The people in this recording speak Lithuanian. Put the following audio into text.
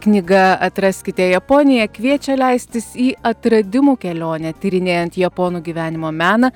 knyga atraskite japoniją kviečia leistis į atradimų kelionę tyrinėjant japonų gyvenimo meną